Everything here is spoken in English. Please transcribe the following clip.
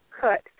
cut